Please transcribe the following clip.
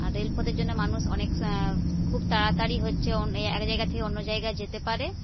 আর রেলপথের জন্য মানুষ অনেক খুব তাড়াতাড়ি হচ্ছে একজায়গা থেকে অন্য জায়গা যেতে পারে